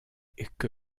que